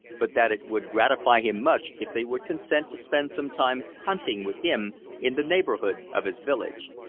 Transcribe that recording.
but that it would gratify him much if they would consent to spend some time hunting with him in the neighbourhood of his village.